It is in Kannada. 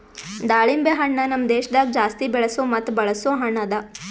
ದಾಳಿಂಬೆ ಹಣ್ಣ ನಮ್ ದೇಶದಾಗ್ ಜಾಸ್ತಿ ಬೆಳೆಸೋ ಮತ್ತ ಬಳಸೋ ಹಣ್ಣ ಅದಾ